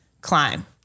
climb